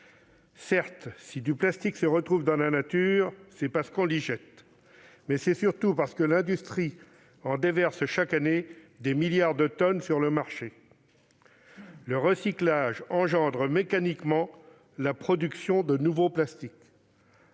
Certes, si du plastique se retrouve dans la nature, c'est parce qu'on l'y jette. Mais c'est surtout parce que l'industrie en déverse chaque année des milliards de tonnes sur le marché. Le recyclage engendre mécaniquement la production de nouveaux plastiques.